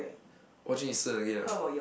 whatching again ah